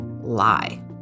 lie